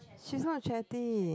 she's not chatty